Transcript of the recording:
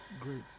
great